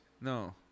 No